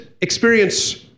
experience